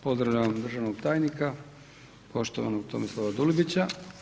Pozdravljam državnog tajnika poštovanog Tomislava Dulibića.